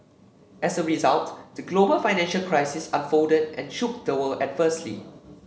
as a result the global financial crisis unfolded and shook the world adversely